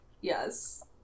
Yes